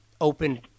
open